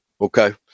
okay